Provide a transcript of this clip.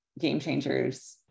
game-changer's